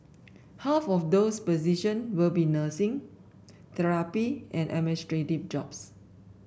half of those position will be nursing therapy and administrative jobs